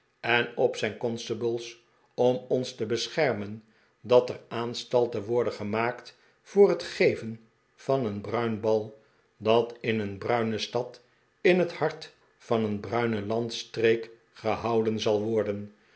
en op zijn constables om ons te beschermen dat er aanstalten worden gemaakt voor het geven van een bruin bal dat in een bruine stad in het hart van een bruine landstreek gehouden zal worden